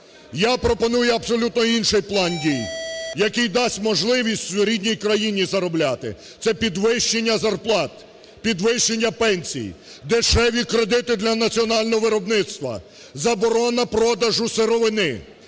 Я пропоную абсолютно інший план дій, який дасть можливість в рідній країні заробляти. Це підвищення зарплат, підвищення пенсій, дешеві кредити для національного виробництва, заборона продажу сировини,